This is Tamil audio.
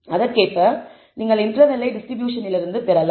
அதற்கேற்ப நீங்கள் இன்டர்வெல்லை டிஸ்ட்ரிபியூஷனிலிருந்து பெறலாம்